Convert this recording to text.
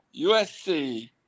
USC